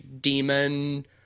demon